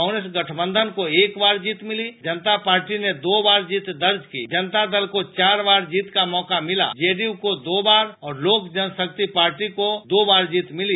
कांग्रेस गठबंधन को एक बार जीत मिली जनता पार्टी ने दो बार जीत दर्ज की जनता दल को चार बार जीत का मौका मिला जेडीयू को दो बार और लोक जनशक्ति पार्टी को भी दो बार जीत मिली